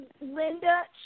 Linda